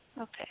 Okay